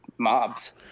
mobs